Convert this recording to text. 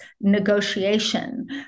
negotiation